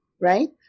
right